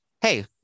hey